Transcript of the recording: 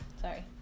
Sorry